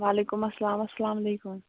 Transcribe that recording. وعلیکُم السلام اسلامُ علیکُم